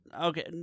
okay